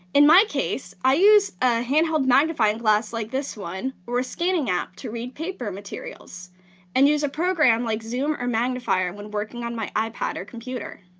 in my case, i use a handheld magnifying glass, like this one, or a scanning app to read paper materials and use a program like zoom or magnifier when working on my ipad or computer.